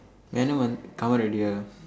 venom uh come out already ah